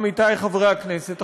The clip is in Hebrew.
עמיתי חברי הכנסת,